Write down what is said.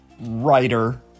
Writer